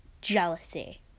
jealousy